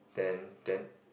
then then